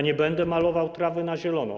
Nie będę malował trawy na zielono.